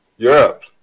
Europe